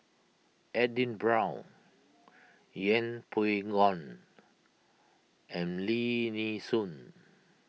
Edwin Brown Yeng Pway Ngon and Lim Nee Soon